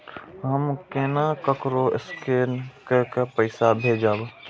हम केना ककरो स्केने कैके पैसा भेजब?